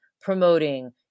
promoting